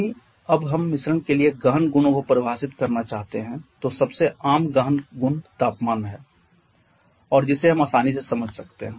यदि अब हम मिश्रण के लिए गहन गुणों को परिभाषित करना चाहते हैं तो सबसे आम गहन गुण तापमान है और जिसे हम आसानी से समझ सकते हैं